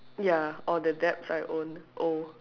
ya or the debts I own owe